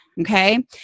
okay